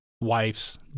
wife's